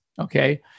okay